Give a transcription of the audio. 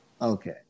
Okay